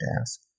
ask